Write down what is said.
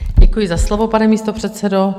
Děkuji za slovo, pane místopředsedo.